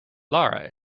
lara